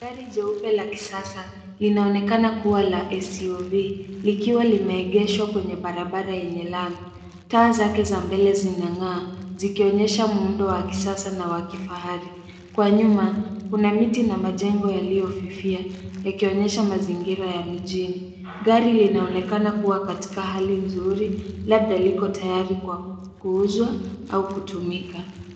Gari jeupe la kisasa linaonekana kuwa la SUV , likiwa limeegeshwa kwenye barabara yenye lami. Taa zake za mbele zinang'aa, zikionyesha muundo wa kisasa na wa kifahari. Kwa nyuma, kuna miti na majengo yaliyofifia, yakionyesha mazingira ya mijini. Gari linaonekana kuwa katika hali nzuri, labda liko tayari kwa kuuzwa au kutumika.